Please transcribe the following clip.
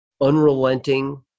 unrelenting